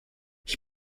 ich